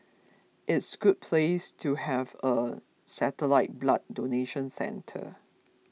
it's good place to have a satellite blood donation centre